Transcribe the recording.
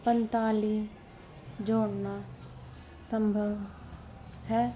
ਪੰਤਾਲੀ ਜੋੜਨਾ ਸੰਭਵ ਹੈ